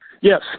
Yes